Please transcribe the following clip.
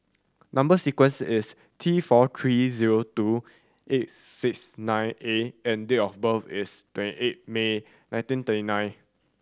number sequence is T four three zero two eight six nine A and date of birth is twenty eight May nineteen thirty nine